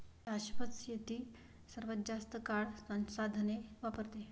शाश्वत शेती सर्वात जास्त काळ संसाधने वापरते